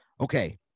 okay